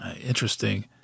Interesting